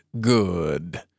Good